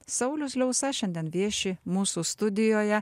sauliaus liausa šiandien vieši mūsų studijoje